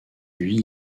lui